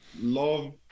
Love